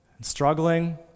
struggling